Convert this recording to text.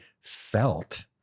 felt